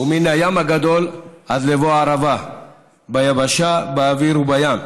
ומן הים הגדול עד לבוא הערבה ביבשה, באוויר ובים.